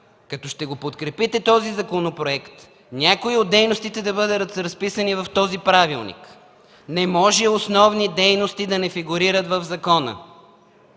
като ще подкрепите този законопроект, някои от дейностите да бъдат разписани в този правилник. Не може основни дейности да не фигурират в закона!